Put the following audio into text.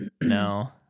No